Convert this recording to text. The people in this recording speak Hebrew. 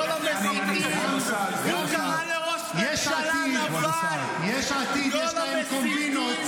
קרעי, אתה לא מתבייש?